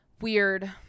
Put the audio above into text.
weird